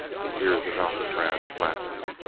the ears of alcatraz flattened.